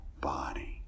body